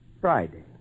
Friday